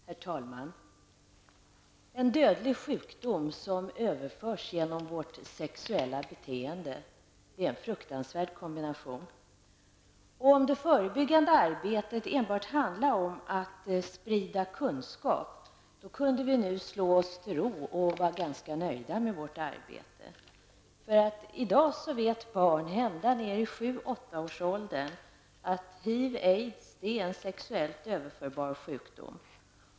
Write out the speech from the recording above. Herr talman! En dödlig sjukdom som överförs genom vårt sexuella beteende är en fruktansvärd kombination. Om det förebyggande arbetet enbart handlade om att sprida kunskap kunde vi nu slå oss till ro och vara ganska nöjda med vårt arbete. I dag vet nämligen barn ända ned i sju--åtta-årsåldern att HIV/aids är en sexuellt överförbar sjukdom.